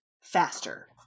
faster